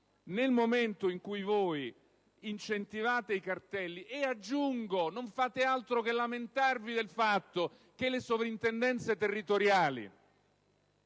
nel momento in cui incentivate i cartelli e - aggiungo - non fate altro che lamentarvi del fatto che le sovrintendenze territoriali